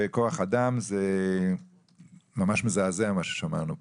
בכוח אדם ממש מזעזע מה ששמענו פה.